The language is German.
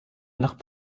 nach